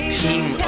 team